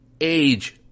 age